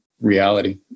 reality